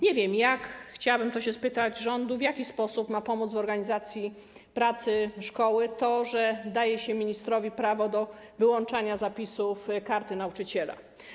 Nie wiem, jak - chciałabym o to spytać rząd - w jaki sposób ma pomóc w organizacji pracy szkoły to, że daje się ministrowi prawo do wyłączania zapisów Karty Nauczyciela.